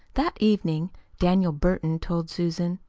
that evening daniel burton told susan.